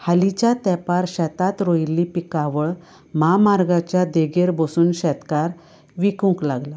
हालिच्या तेंपार शेतांत रोयल्ली पिकावळ म्हामार्गाच्या देगेर बोसून शेतकार विकूंक लागलां